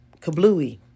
kablooey